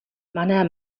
манай